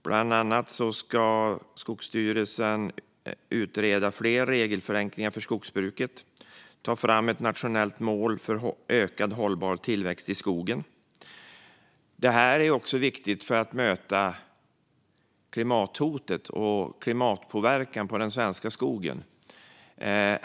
Bland annat ska Skogsstyrelsen utreda fler regelförenklingar för skogsbruket och ta fram ett nationellt mål för ökad hållbar tillväxt i skogen. Det här är viktigt också för att möta klimathotet och klimatpåverkan på den svenska skogen.